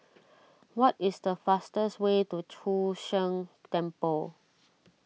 what is the fastest way to Chu Sheng Temple